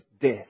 death